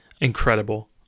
Incredible